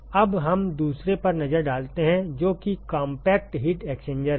तो अब हम दूसरे पर नजर डालते हैं जो कि कॉम्पैक्ट हीट एक्सचेंजर है